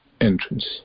entrance